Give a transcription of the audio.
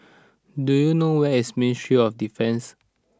do you know where is Ministry of Defence